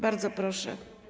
Bardzo proszę.